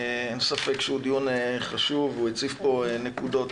אין ספק שהוא דיון חשוב, הוא הציף פה נקודות